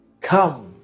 Come